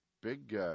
big